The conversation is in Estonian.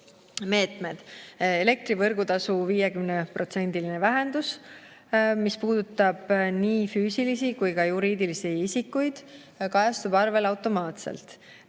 meetmed. Elektri võrgutasu 50%-line vähendus, mis puudutab nii füüsilisi kui ka juriidilisi isikuid ja kajastub arvel automaatselt.